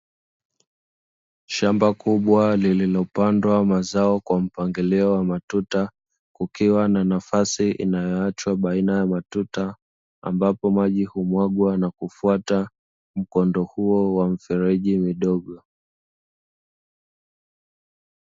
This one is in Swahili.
Shamba kubwa lililopandwa mazao kwa mpangilio wa matuta, ukiwa na nafasi unaochwa baina ya matuta ambapo maji humwagwa na kufata mkondo huo wa mfereji mdogo.